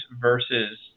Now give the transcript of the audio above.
versus